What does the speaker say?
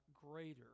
greater